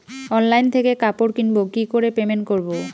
Online থেকে কাপড় কিনবো কি করে পেমেন্ট করবো?